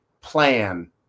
plan